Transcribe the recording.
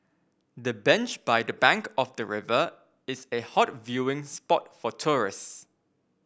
the bench by the bank of the river is a hot viewing spot for tourists